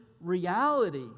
reality